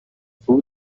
full